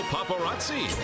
Paparazzi